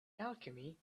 alchemy